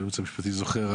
והייעוץ המשפטי זוכר,